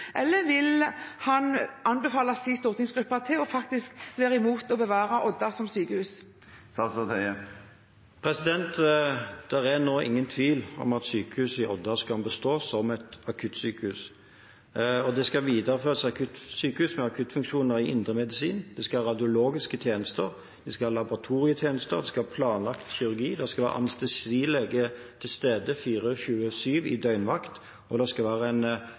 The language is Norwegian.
er nå ingen tvil om at sykehuset i Odda skal bestå som akuttsykehus. Det skal videreføres som akuttsykehus med akuttfunksjoner i indremedisin, det skal være radiologiske tjenester, laboratorietjenester og planlagt kirurgi, det skal være anestesilege til stede 24/7 i døgnvakt, og det skal være en